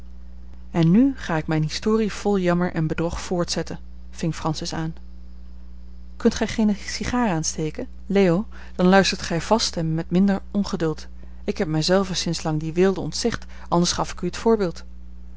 en nu ga ik mijne historie vol jammer en bedrog voortzetten ving francis aan kunt gij geene sigaar aansteken leo dan luistert gij vast en met minder ongeduld ik heb mij zelve sinds lang die weelde ontzegd anders gaf ik u het voorbeeld